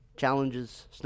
Challenges